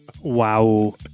Wow